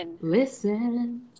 Listen